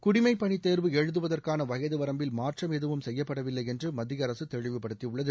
குடிமைப்பணி தேர்வு எழுதுவதற்கான வயது வரம்பில் மாற்றம் எதுவும் செய்யப்படவில்லை என்று மத்திய அரசு தெளிவுபடுத்தியுள்ளது